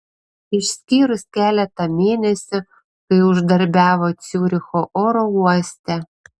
išskyrus keletą mėnesių kai uždarbiavo ciuricho oro uoste